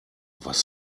was